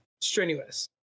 strenuous